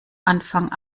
anfang